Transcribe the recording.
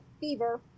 fever